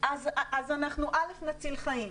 אז אנחנו נציל חיים,